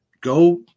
go